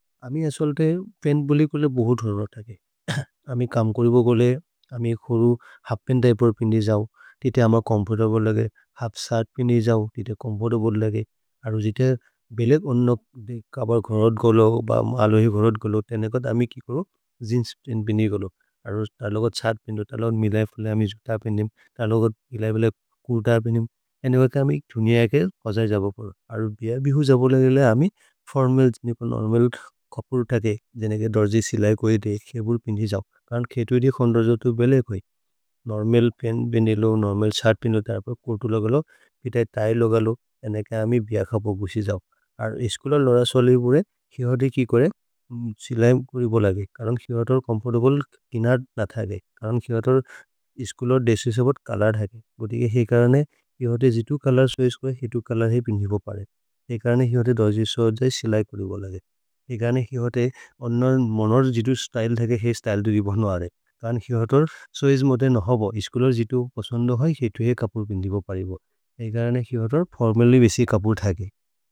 अमि अस्वल्ते पेन् बोलि कुले बोहोत् हरो तके, अमि कम् करिबु गोले अमि एक् होरु हल्फ् पेन् दिअपेर् पिन्ने जओ। तेते अम चोम्फोर्तब्ले लगे, हल्फ् शिर्त् पिन्ने जओ, तेते चोम्फोर्तब्ले। लगे अरु जिते वेल् एक् अन्न कबर् घरोत् गोलो ब अलोहि घरोत् गोलो। तेने कद् अमि कि कोरो जेअन्स् पिन्ने गोलो, अरु तलग शिर्त् पिन्ने। तलग मिलै फुले अमि जोत पेन्ने, तलग मिलै फुले कुर्त पेन्ने। अरु भिय भिहु जओ बोले गलेले अमि फोर्मल् नोर्मल् खपुर् तके। जेनेगे दोर्जे सिलये कोहे दे, खेपुर् पिन्ने जओ। करन् खेतु इधि खन्द जतु बेले कोइ, नोर्मल् पेन् बिने लो, नोर्मल् शिर्त् पिन्ने लो। तरपर् कुर्तु लगलो, पितै तै लगलो। जेनेगे अमि भिय खपुर् गुसि जओ, अरु इस्कुलर् लरस् वले भोले, खिहरि किकोरे सिलये कोरि बोलगे। करन् खिहतर् चोम्फोर्तब्ले किनर् न थगे। करन् खिहतर् इस्कुलर् द्रेस्स् इसे भत् चोलोर् थगे। गोतिके है करने खिहतर् जितु चोलोर् छोइचे कोहे, हितु चोलोर् है पिन्ने भो परे। है करने खिहतर् दोर्जे सो जै सिलये कोरि बोलगे, है करने खिहतर् अन्न मोनर् जितु स्त्य्ले थगे। है स्त्य्ले दोदि भन्व अरे, करन् खिहतर् छोइचे मोदे न होबो, इस्कुलर् जितु पसन्द् हो है। हितु है खपुर् पिन्ने भो परे बोले, है करने खिहतर् फोर्मल्ल्य् बेसि खपुर् थगे।